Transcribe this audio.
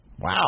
Wow